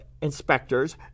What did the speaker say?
inspectors